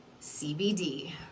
CBD